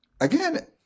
again